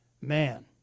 man